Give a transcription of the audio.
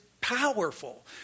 powerful